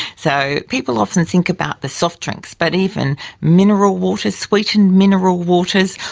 so people often think about the soft drinks, but even mineral water, sweetened mineral waters,